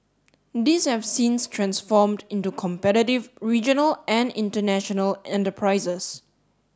these have since transformed into competitive regional and international enterprises